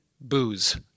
booze